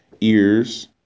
ears